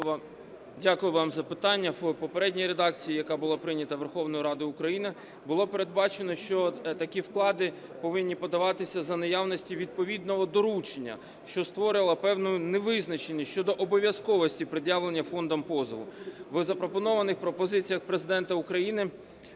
Дякую вам за питання. В попередній редакції, яка була прийнята Верховною Радою України, було передбачено, що такі вклади повинні подаватися за наявності відповідного доручення, що створювало певну невизначеність щодо обов'язковості пред'явлення фондом позову. В запропонованих пропозиціях Президента України